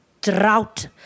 drought